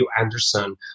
Anderson